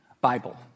Bible